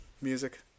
music